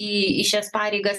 į į šias pareigas